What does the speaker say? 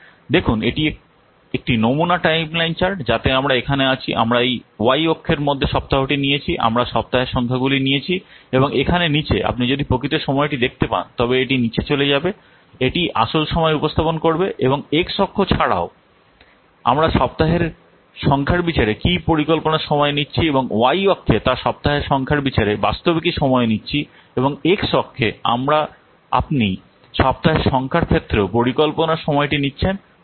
দেখুন এটি একটি নমুনা টাইমলাইন চার্ট যাতে আমরা এখানে আছি আমরা এই y অক্ষের মধ্যে সপ্তাহটি নিয়েছি আমরা সপ্তাহের সংখ্যাগুলি নিয়েছি এবং এখানে নীচে আপনি যদি প্রকৃত সময়টি দেখতে পান তবে এটি নীচে চলে যাবে এটি আসল সময় উপস্থাপন করবে এবং এক্স অক্ষ এছাড়াও আমরা সপ্তাহের সংখ্যার বিচারে কী পরিকল্পনার সময় নিচ্ছি এবং y অক্ষে তা সপ্তাহের সংখ্যার বিচারে বাস্তবে কি সময় নিচ্ছি এবং এক্স অক্ষে আপনি সপ্তাহের সংখ্যার ক্ষেত্রেও পরিকল্পনার সময়টি নিচ্ছেন